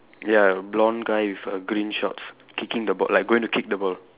ya blond guy with a green shorts kicking the ball like going to kick the ball